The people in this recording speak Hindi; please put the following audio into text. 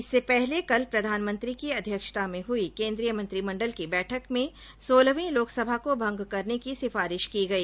इससे पहले कल प्रधानमंत्री की अध्यक्षता में हई केन्द्रीय मंत्रिमंडल की बैठक में सोलहवीं लोकसभा को भंग करने की सिफारिश की गई